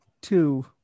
two